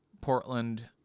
Portland